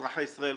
אזרחי ישראל,